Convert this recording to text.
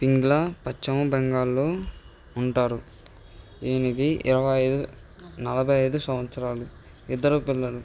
పింగ్లా పచ్చిమ బెంగాల్లో ఉంటారు ఈయనది ఇరవై ఐదు నలభై ఐదు సంవత్సరాలు ఇద్దరు పిల్లలు